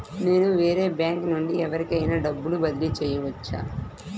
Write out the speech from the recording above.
నేను వేరే బ్యాంకు నుండి ఎవరికైనా డబ్బు బదిలీ చేయవచ్చా?